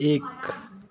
एक